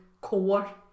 core